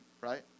right